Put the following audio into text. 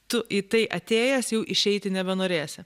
tu į tai atėjęs jau išeiti nebenorėsi